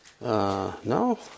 no